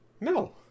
No